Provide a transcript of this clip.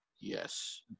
Yes